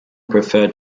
preferred